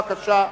בבקשה.